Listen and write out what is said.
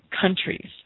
countries